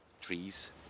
trees